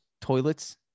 toilets